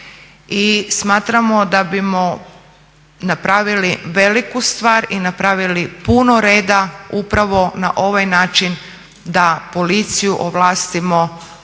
i smatramo da bismo napravili veliku stvar i napravili puno reda upravo na ovaj način da policiju ovlastimo